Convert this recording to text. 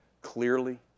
clearly